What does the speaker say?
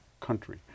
country